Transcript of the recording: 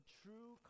true